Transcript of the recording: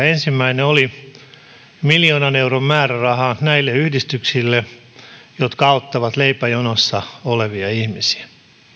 ensimmäinen oli miljoonan euron määräraha yhdistyksille jotka auttavat leipäjonossa olevia ihmisiä